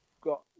got